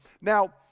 Now